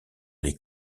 les